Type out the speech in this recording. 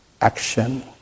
action